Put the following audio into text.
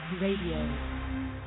Radio